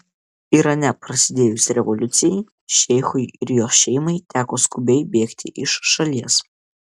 irane prasidėjus revoliucijai šeichui ir jo šeimai teko skubiai bėgti iš šalies